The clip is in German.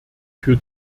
für